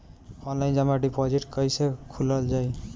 Online जमा deposit कैसे खोलल जाइ?